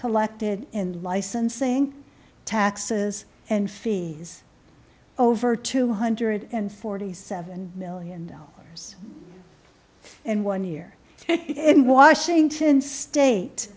collected in licensing taxes and fees over two hundred and forty seven million dollars in one year in washington state